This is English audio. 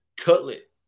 Cutlet